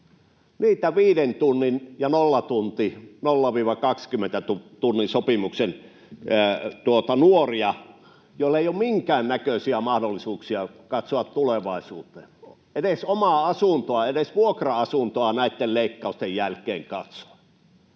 niitä 5 tunnin ja 0—20 tunnin sopimuksen nuoria, joilla ei ole minkään näköisiä mahdollisuuksia katsoa tulevaisuuteen, ei ole mahdollisuuksia edes omaa asuntoa, edes vuokra-asuntoa näiden leikkausten jälkeen katsoa.